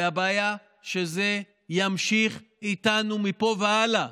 והבעיה שזה ימשיך איתנו מפה והלאה.